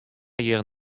hjir